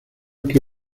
que